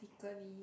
girly